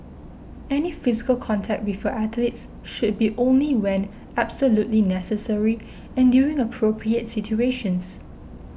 any physical contact with your athletes should be only when absolutely necessary and during appropriate situations